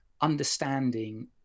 understanding